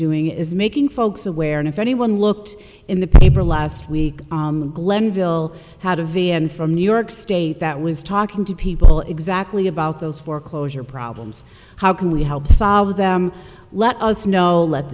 doing is making folks aware and if anyone looked in the paper last week glenville had a v m from new york state that was talking to people exactly about those foreclosure problems how can we help solve them let us know let